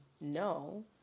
no